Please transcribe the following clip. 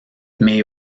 may